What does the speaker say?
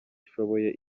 ishoboye